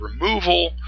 removal